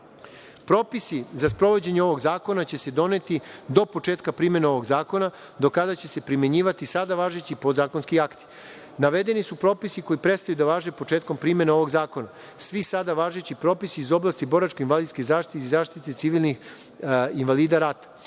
zakona. Propisi za sprovođenje ovog zakona će se doneti do početka primene ovog zakona do kada će se primenjivati sada važeći podzakonski akti. Navedeni su propisi koji prestaju da važe početkom primene ovog zakona. Svi sada važeći propisi iz oblasti boračko-invalidske zaštite i zaštite civilnih invalida